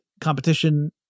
competition